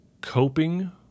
coping